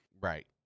right